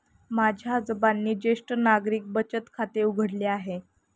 माझ्या आजोबांनी ज्येष्ठ नागरिक बचत खाते उघडले आहे